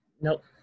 Nope